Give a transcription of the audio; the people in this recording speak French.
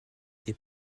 des